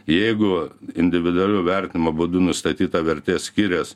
jeigu individualiu vertinimo būdu nustatyta vertė skirias